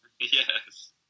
Yes